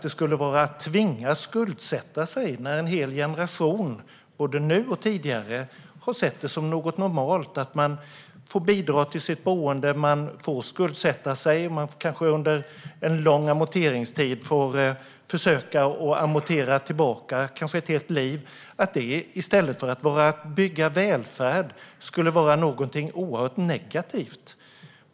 En hel generation har, både nu och tidigare, sett det som normalt att man får bidra till sitt boende, skuldsätta sig och kanske under en lång amorteringstid - kanske ett helt liv - försöka betala tillbaka. Skulle det, i stället för att bygga välfärd, vara något oerhört negativt?